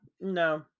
no